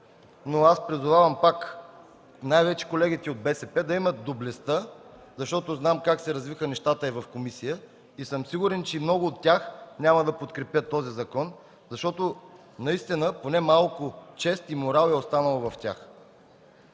Аз призовавам най-вече колегите от БСП да имат доблестта, защото знам как се развиха нещата в комисията и съм сигурен, че много от тях няма да подкрепят този закон, защото в тях са останали поне малко чест и морал.